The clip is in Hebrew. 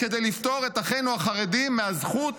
להתאמץ כדי לפטור את אחינו החרדים מהזכות